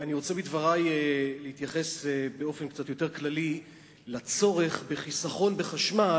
אני רוצה בדברי להתייחס באופן קצת יותר כללי לצורך בחיסכון בחשמל,